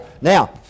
Now